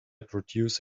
produce